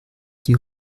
die